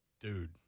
Dude